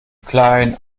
klein